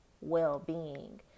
well-being